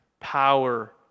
power